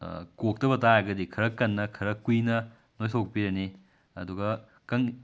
ꯀꯣꯛꯇꯕ ꯇꯥꯔꯒꯗꯤ ꯈꯔ ꯀꯟꯅ ꯈꯔ ꯀꯨꯏꯅ ꯅꯣꯏꯊꯣꯛꯄꯤꯔꯅꯤ ꯑꯗꯨꯒ ꯀꯪ